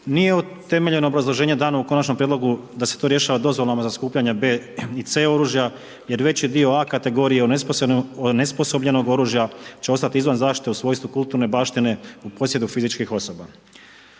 Nije utemeljeno obrazloženje dano u Konačnom prijedlogu da se to rješavati dozvolama za skupljanje B i C oružja, jer veći dio A kategorije onesposobljenog oružja će ostati izvan zaštite u svojstvu kulturne baštine u posjedu fizičkih osoba.